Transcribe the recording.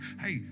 Hey